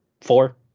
four